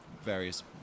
various